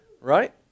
Right